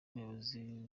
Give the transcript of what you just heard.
umuyobozi